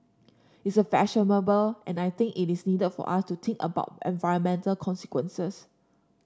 it's a fashionable and I think it is needed for us to think about environmental consequences